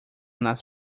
nas